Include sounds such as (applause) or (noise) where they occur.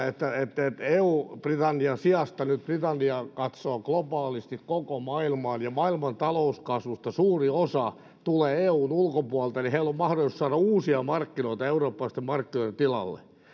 (unintelligible) että että eu britannian sijasta nyt britannia katsoo globaalisti koko maailmaan ja maailmantalouskasvusta suuri osa tulee eun ulkopuolelta niin että heillä on mahdollisuus saada uusia markkinoita eurooppalaisten markkinoiden tilalle